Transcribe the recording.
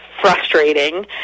frustrating